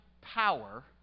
power